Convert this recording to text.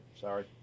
Sorry